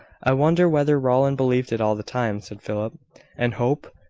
i wonder whether rowland believed it all the time, said philip and hope?